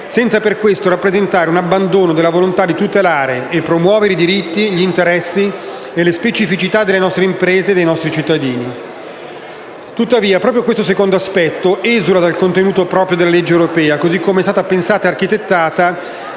senza per questo rappresentare un abbandono della volontà di tutelare e promuovere i diritti, gli interessi e le specificità delle nostre imprese e dei nostri cittadini. Tuttavia, proprio questo secondo aspetto esula dal contenuto proprio della legge europea, così come è stata pensata e architettata